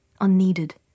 unneeded